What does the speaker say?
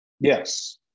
Yes